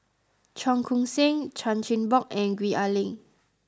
Cheong Koon Seng Chan Chin Bock and Gwee Ah Leng